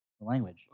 language